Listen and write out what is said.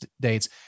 dates